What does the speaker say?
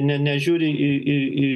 ne nežiūri į į į